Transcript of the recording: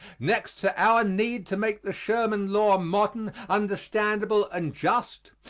next to our need to make the sherman law modern, understandable and just,